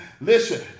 Listen